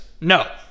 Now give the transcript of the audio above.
No